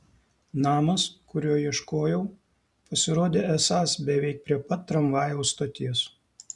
namas kurio ieškojau pasirodė esąs beveik prie pat tramvajaus stoties